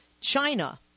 China